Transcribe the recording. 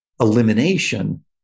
elimination